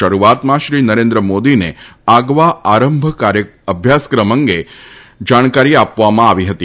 શરૂઆતમાં શ્રી નરેન્દ્ર મોદીને આગવા આરંભ અભ્યાસક્રમ અંગે જાણકારી આપવામાં આવી હતી